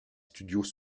studios